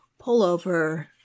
pullover